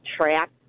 track